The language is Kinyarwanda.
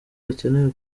bakeneye